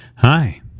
Hi